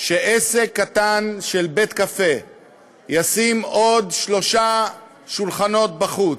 שעסק קטן של בית-קפה ישים עוד שלושה שולחנות בחוץ,